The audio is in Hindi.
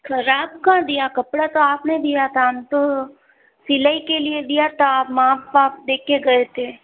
खराब कहाँ दिया कपड़ा तो आप ने दिया था हम तो सिलाई के लिए दिया था आप माप वाप दे के गए थे